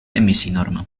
emissienormen